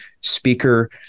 speaker